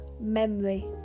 memory